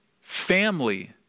Family